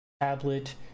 tablet